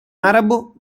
arabo